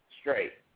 straight